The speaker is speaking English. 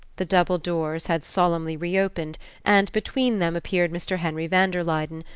the double doors had solemnly reopened and between them appeared mr. henry van der luyden,